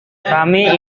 kami